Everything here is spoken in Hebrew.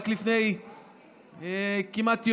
רק לפני כמעט יומיים,